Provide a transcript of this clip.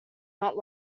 not